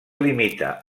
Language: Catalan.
limita